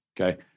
okay